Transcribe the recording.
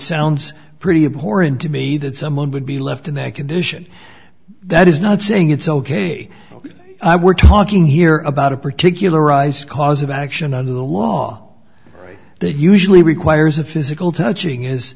sounds pretty important to me that someone would be left in that condition that is not saying it's ok we're talking here about a particular rise cause of action under the law that usually requires a physical touching is